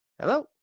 Hello